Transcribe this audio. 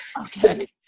Okay